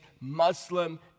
Muslim